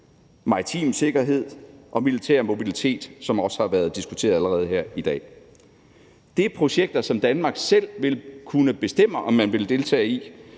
maritim sikkerhed og militær mobilitet, som også har været diskuteret her i dag allerede. Det er projekter, som Danmark selv vil kunne bestemme om man vil deltage i,